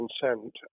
consent